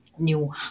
new